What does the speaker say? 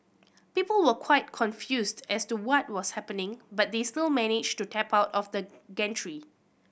people were quite confused as to what was happening but they still managed to tap out of the gantry